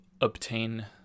obtain